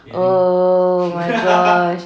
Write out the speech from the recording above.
oh my gosh